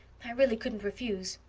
i really couldn't refuse.